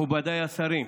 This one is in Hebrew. מכובדיי השרים,